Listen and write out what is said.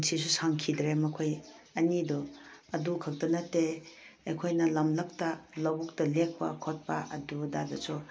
ꯄꯨꯟꯁꯤꯁꯨ ꯁꯥꯡꯈꯤꯗ꯭ꯔꯦ ꯃꯈꯣꯏ ꯑꯅꯤꯗꯣ ꯑꯗꯨ ꯈꯛꯇ ꯅꯠꯇꯦ ꯑꯩꯈꯣꯏꯅ ꯂꯃꯂꯛꯇ ꯂꯧꯕꯨꯛꯇ ꯂꯦꯛꯄ ꯈꯣꯠꯄ ꯑꯗꯨꯗꯁꯨ